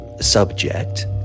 subject